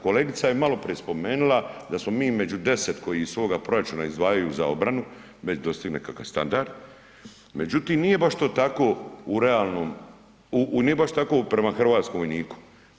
Kolegica je maloprije spomenula da smo mi među 10 koji iz svoga proračuna izdvajaju za obranu, već dostigli nekakav standard, međutim nije baš to tako u realnom, nije baš tako prema hrvatskom vojniku.